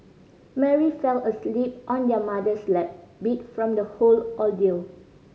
Mary fell asleep on their mother's lap beat from the whole ordeal